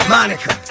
Monica